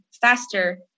faster